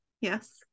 Yes